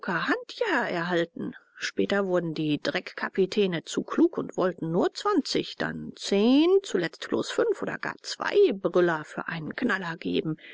okahandja erhalten später wurden die dreckkapitäne zu klug und wollten nur zwanzig dann zehn zuletzt bloß fünf oder gar zwei brüller für einen knaller geben